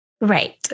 Right